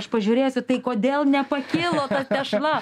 aš pažiūrėsiu tai kodėl nepakilo tešla